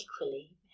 equally